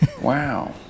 wow